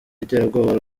iterabwoba